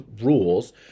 rules